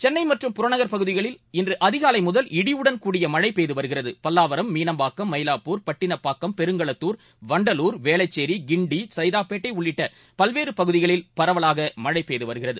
சென்னைமற்றும் புறநகர் பகுதிகளில் இன்றுஅதிகாலைமுதல் இடியுடன் கூடிய மழைபெய்துவருகிறது பல்லாவரம் மீனம்பாக்கம் மயிலாப்பூர் பட்டினப்பாக்கம் பெருங்களத்துர் வண்டலூர் வேளச்சேரி கிண்டி சைதாப்பேட்டை உள்ளிட்டபல்வேறுபகுதிகளில் பரவலாகமழைபெய்துவருகிறது